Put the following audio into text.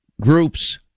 groups